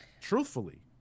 truthfully